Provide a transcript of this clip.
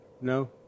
No